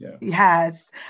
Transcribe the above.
Yes